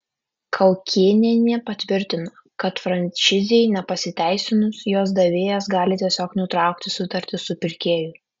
kaukėnienė patvirtino kad franšizei nepasiteisinus jos davėjas gali tiesiog nutraukti sutartį su pirkėju